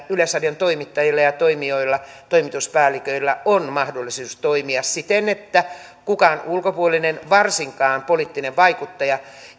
yleisradion toimittajilla ja toimijoilla toimituspäälliköillä on mahdollisuus toimia siten että kukaan ulkopuolinen varsinkaan poliittinen vaikuttaja